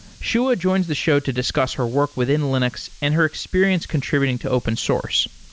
shuah joins the show to discuss her work within linux and her experience contributing to open source.